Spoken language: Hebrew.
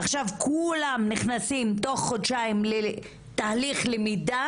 עכשיו כולם נכנסים תוך חודשיים לתהליך למידה